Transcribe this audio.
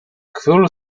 król